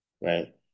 right